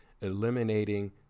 eliminating